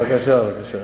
בבקשה.